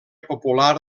popular